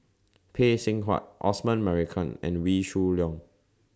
Phay Seng Whatt Osman Merican and Wee Shoo Leong